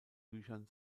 büchern